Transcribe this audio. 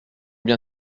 bien